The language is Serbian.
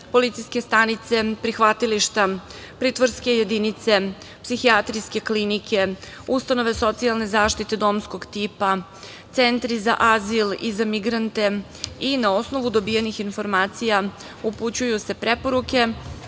policijske stanice, prihvatilišta, pritvorske jedinice, psihijatrijske klinike, ustanove socijalne zaštite domskog tipa, centri za azil i za migrante i na osnovu dobijenih informacija upućuju se preporuke